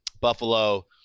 Buffalo